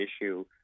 issue